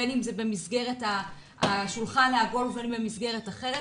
בין אם זה במסגרת השולחן העגול ובין אם זה במסגרת אחרת,